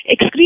excrete